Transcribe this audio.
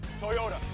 Toyota